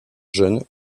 jeune